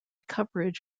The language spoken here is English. coverage